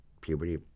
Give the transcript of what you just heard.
puberty